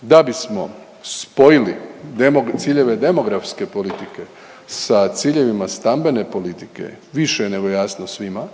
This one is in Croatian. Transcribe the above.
Da bismo spojili demo…, ciljeve demografske politike sa ciljevima stambene politike više je nego jasno svima